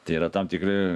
tai yra tam tikri